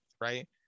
right